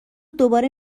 دوباره